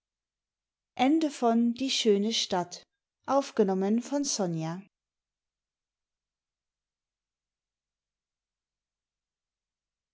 die schöne stadt